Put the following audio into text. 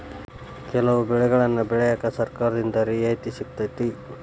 ಕೆಲವು ಬೆಳೆಗನ್ನಾ ಬೆಳ್ಯಾಕ ಸರ್ಕಾರದಿಂದ ರಿಯಾಯಿತಿ ಸಿಗತೈತಿ